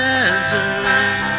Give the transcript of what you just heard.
Desert